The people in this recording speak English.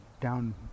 down